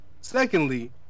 Secondly